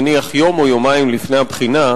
נניח יום או יומיים לפני הבחינה,